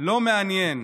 לא מעניין,